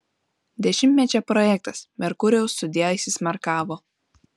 dešimtmečio projektas merkurijau sudie įsismarkavo